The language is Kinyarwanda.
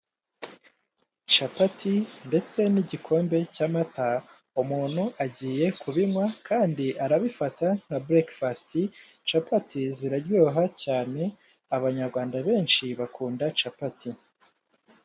Capati ndetse n'igikombe cy'amata umuntu agiye kubinywa kandi arabifata nka bureke fasiti . Capati ziraryoha cyane abanyarwanda benshi bakunda capati.